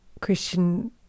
Christian